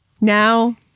Now